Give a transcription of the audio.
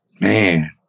man